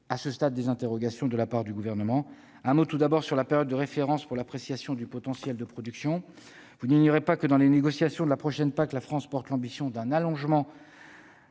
à ce stade, des interrogations de la part du Gouvernement. Je dirai tout d'abord un mot de la période de référence prise en compte pour l'appréciation du potentiel de production. Vous n'ignorez pas que, dans le cadre des négociations de la prochaine PAC, la France porte l'ambition d'un allongement